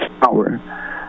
power